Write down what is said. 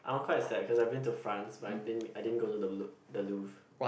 I'm quite sad cause I've been to France but I din~ didn't go to the the Louvre